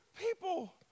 People